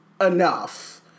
enough